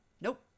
Nope